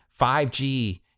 5G